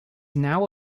now